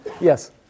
Yes